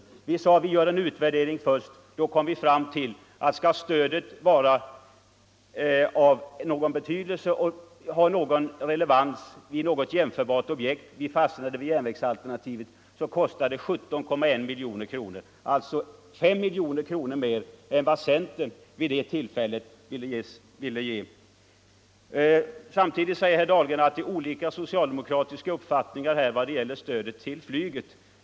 Men vi gjorde alltså först en utvärdering och kom fram till att om stödet skall ha någon relevans skall det förankras i något jämförbart objekt. Vi fastnade för järnvägsalternativet, vilket medför att stödet nu uppgår till 17,1 miljoner kronor, alltså 5 miljoner kronor mer än centerpartiet vid det tillfället ville ge. Samtidigt säger herr Dahlgren att det finns olika socialdemokratiska uppfattningar om stödet till flyget.